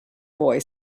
boy